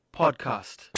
podcast